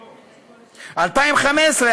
2015,